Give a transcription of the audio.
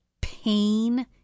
pain